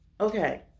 Okay